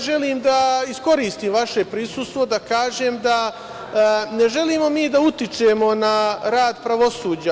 Želim da iskoristim vaše prisustvo da kažem da ne želimo mi da utičemo na rad pravosuđa.